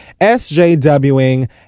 SJWing